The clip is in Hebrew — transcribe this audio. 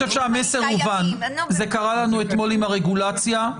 אתמול עם הרגולציה.